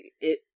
it-